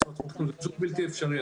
זה פשוט בלתי אפשרי.